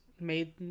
Made